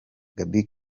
gaby